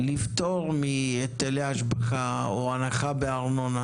כדי לפטור מהיטלי השבחה, או לתת הנחה בארנונה